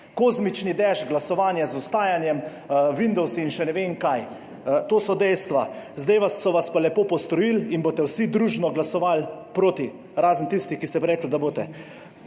Kozmični dež, glasovanje z vstajanjem, windowsi in še ne vem kaj. To so dejstva. Zdaj so vas pa lepo postrojili in boste vsi družno glasovali proti, razen tistih, ki ste prej rekli, da [ne]